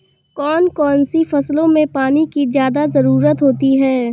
कौन कौन सी फसलों में पानी की ज्यादा ज़रुरत होती है?